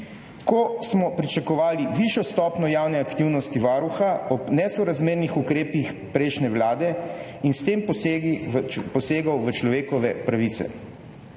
ko smo pričakovali višjo stopnjo javne aktivnosti Varuha ob nesorazmernih ukrepih prejšnje vlade in s tem posegi v človekove pravice.